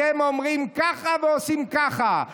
אתם אומרים ככה ועושים ככה.